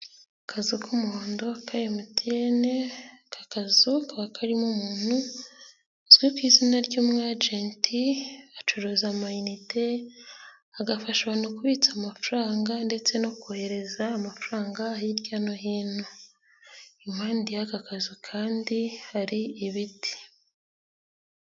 Akazu k'umuhondo ka MTN aka akazu kaba karimo umuntu uzwi ku izina ry'umwajenti acuruza amayinite agafasha abantu kubitsa amafaranga ndetse no kohereza amafaranga hirya no hino, impande y'aka kazu kandi hari ibiti.